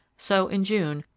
so, in june,